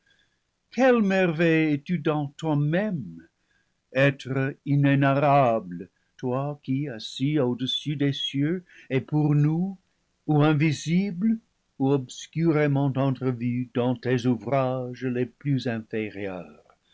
quelle merveille es-tu donc toi-même etre inénarrable loi qui assis au-dessus des cieux es pour nous ou invisible ou obscurément entrevu dans tes ouvrages les plus inférieurs